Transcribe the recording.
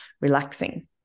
relaxing